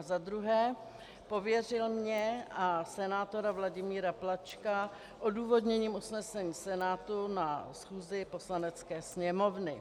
Za druhé pověřil mne a senátora Vladimíra Plačka odůvodněním usnesení Senátu na schůzi Poslanecké sněmovny.